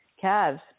calves